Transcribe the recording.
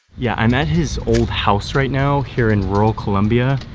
yeah, i'm at his old house right now here in rural colombia.